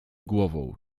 głową